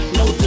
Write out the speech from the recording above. no